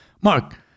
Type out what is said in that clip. Mark